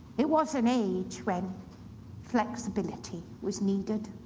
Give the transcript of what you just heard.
it was an age when flexibility was needed.